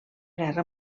guerra